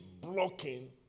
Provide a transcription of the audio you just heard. blocking